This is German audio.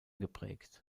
geprägt